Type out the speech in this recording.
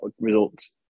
results